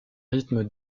rythme